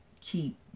keep